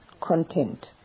content